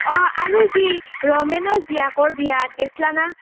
অঁ আৰু যি ৰমেনৰ জীয়েকৰ বিয়াত গেইছলা না